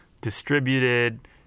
distributed